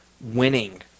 winning